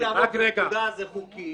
אם להרוג בפקודה זה חוקי,